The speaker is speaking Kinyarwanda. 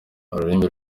ururimi